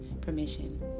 permission